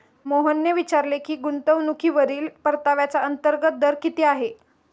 मोहनने विचारले की गुंतवणूकीवरील परताव्याचा अंतर्गत दर किती आहे?